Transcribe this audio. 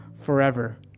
forever